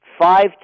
Five